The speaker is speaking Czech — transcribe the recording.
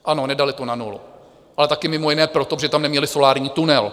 Ano, nedali to na nulu, ale taky mimo jiné proto, že tam neměli solární tunel.